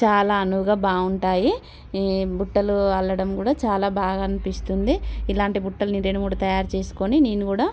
చాలా అనువుగా బాగుంటాయి బుట్టలు అల్లడం కూడా చాలా బాగా అనిపిస్తుంది ఇలాంటి బుట్టలు నేను రెండు మూడు తయారు చేసుకొని నేను కూడా